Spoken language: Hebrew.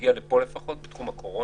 שמגיע לפה, לפחות, בתחום הקורונה,